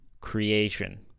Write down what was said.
creation